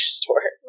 store